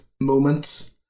moments